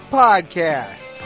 podcast